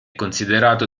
considerato